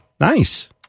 Nice